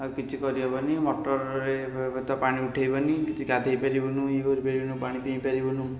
ଆଉ କିଛି କରି ହେବନି ମଟରରେ ତ ପାଣି ଉଠେଇ ହେବନି କିଛି ଗାଧେଇ ପାରିବୁନୁ ଇଏ କରିପାରିବୁନୁ ପାଣି ପିଇପାରିବୁନୁ